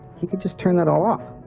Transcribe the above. he could just turn that all off.